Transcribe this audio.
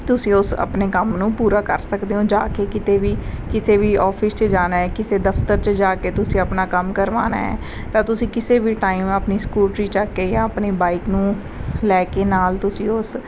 ਤੁਸੀਂ ਉਸ ਆਪਣੇ ਕੰਮ ਨੂੰ ਪੂਰਾ ਕਰ ਸਕਦੇ ਹੋ ਜਾ ਕੇ ਕਿਤੇ ਵੀ ਕਿਸੇ ਵੀ ਆਫਿਸ 'ਚ ਜਾਣਾ ਹੈ ਕਿਸੇ ਦਫ਼ਤਰ 'ਚ ਜਾ ਕੇ ਤੁਸੀਂ ਆਪਣਾ ਕੰਮ ਕਰਵਾਉਣਾ ਹੈ ਤਾਂ ਤੁਸੀਂ ਕਿਸੇ ਵੀ ਟਾਈਮ ਆਪਣੀ ਸਕੂਟਰੀ ਚੁੱਕ ਕੇ ਜਾਂ ਆਪਣੀ ਬਾਈਕ ਨੂੰ ਲੈ ਕੇ ਨਾਲ ਤੁਸੀਂ ਉਸ